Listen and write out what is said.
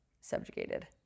subjugated